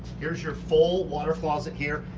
here's your full water closet here.